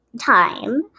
time